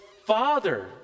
Father